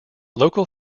local